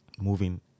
moving